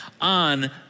on